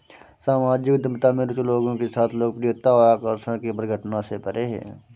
सामाजिक उद्यमिता में रुचि लोगों के साथ लोकप्रियता और आकर्षण की परिघटना से परे है